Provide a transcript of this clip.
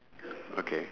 okay